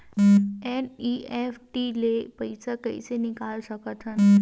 NEFT ले पईसा कइसे निकाल सकत हन?